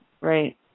Right